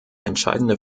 entscheidende